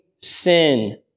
sin